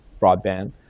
broadband